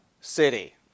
city